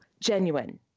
genuine